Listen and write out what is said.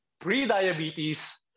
pre-diabetes